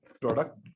product